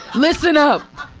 listen up!